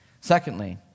Secondly